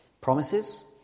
Promises